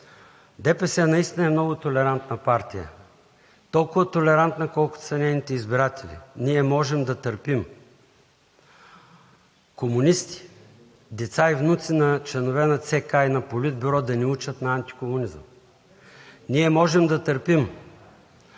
ДПС наистина е много толерантна партия. Толкова толерантна, колкото са нейните избиратели. Ние можем да търпим комунисти, деца и внуци на членове на ЦК и на Политбюро да ни учат на антикомунизъм. Ние можем да търпим